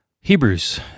Hebrews